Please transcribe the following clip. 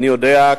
אני יודע,